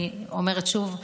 אני אומרת שוב,